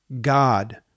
God